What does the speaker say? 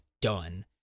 done